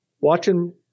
watching